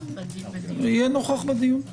יהיה נוכח בדיון.